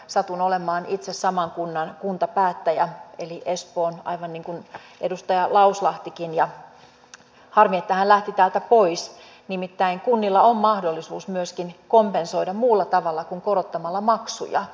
satun itse olemaan saman kunnan eli espoon kuntapäättäjä aivan kuten edustaja lauslahtikin ja harmi että hän lähti täältä pois nimittäin kunnilla on mahdollisuus myöskin kompensoida muulla tavalla kuin korottamalla maksuja